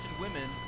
women